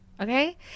Okay